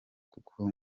kuko